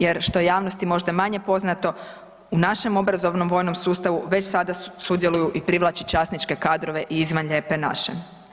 Jer, što je javnosti možda manje poznato, u našem obrazovnom vojnom sustavu već sada sudjeluju i privlači časničke kadrove i izvan Lijepe naše.